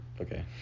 okay